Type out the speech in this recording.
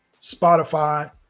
Spotify